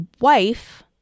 wife